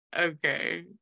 okay